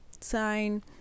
sign